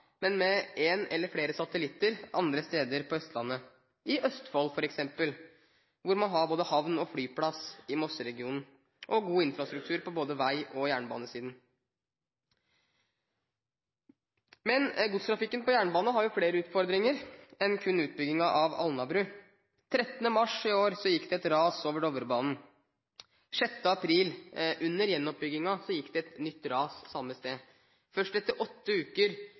Men vil det være klokt å se på alternative utviklingsmuligheter i tillegg? Med et opprustet og utvidet Alnabru som nav og med én eller flere satellitter andre steder på Østlandet, gis avlastningsmuligheter – i Østfold f.eks., hvor man i Mosseregionen har både havn, flyplass og god infrastruktur på både vei- og jernbanesiden. Godstrafikken på jernbane har flere utfordringer enn kun utbyggingen av Alnabru. Den 13. mars i år gikk det et ras over Dovrebanen. 6. april – under